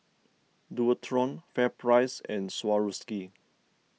Dualtron FairPrice and Swarovski